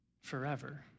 forever